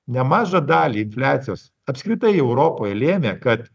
nemažą dalį infliacijos apskritai europoje lėmė kad